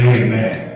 amen